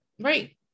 Right